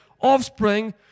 offspring